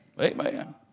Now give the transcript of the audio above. Amen